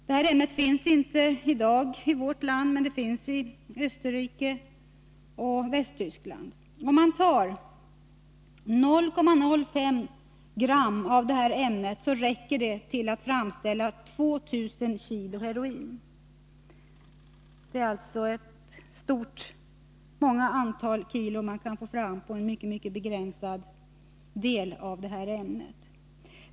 Detta ämne finns i dag inte i Sverige, men det finns i Österrike och i Västtyskland. En mycket liten bråkdel av en procent av denna mängd AA räcker till att framställa 2 000 kg heroin. Det är alltså ett stort antal kilo man kan få fram av en mycket begränsad del av detta ämne.